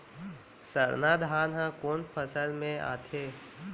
सरना धान ह कोन फसल में आथे?